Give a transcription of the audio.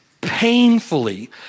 painfully